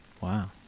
Wow